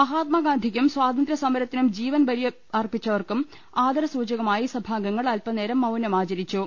മഹാ ത്മാഗാന്ധിക്കും സ്വാതന്ത്ര്യ സമരത്തിനും ജീവൻ ബലി യർപ്പിച്ചവർക്കും ആദരസൂചകമായി സഭാംഗങ്ങൾ അല്പനേരം മൌനം ആചരിച്ചു